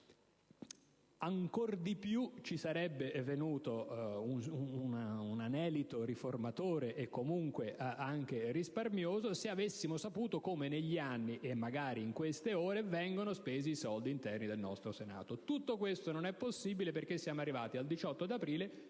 ancor di più ci sarebbe venuto un anelito riformatore, e comunque anche "risparmioso", se avessimo saputo come negli anni - e magari in queste ore - sono stati spesi i soldi interni del nostro Senato. Tutto ciò non è possibile perché siamo arrivati al 18 aprile